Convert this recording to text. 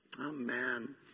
Amen